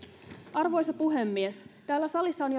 arvoisa puhemies täällä salissa on